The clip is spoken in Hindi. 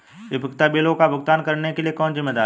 उपयोगिता बिलों का भुगतान करने के लिए कौन जिम्मेदार है?